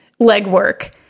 legwork